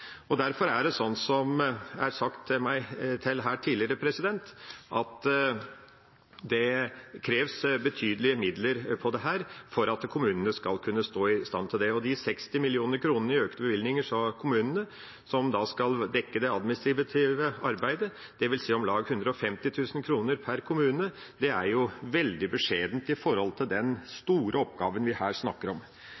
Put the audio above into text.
Derfor kreves det, som det er sagt her tidligere, betydelige midler for at kommunene skal kunne være i stand til dette, og de 60 mill. kr i økte bevilgninger til kommunene som skal dekke det administrative arbeidet, dvs. om lag 150 000 kr per kommune, er veldig beskjedent i forhold til den